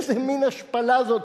איזה מין השפלה זאת?